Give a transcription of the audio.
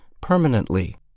permanently